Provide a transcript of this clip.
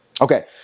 Okay